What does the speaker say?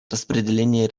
распределение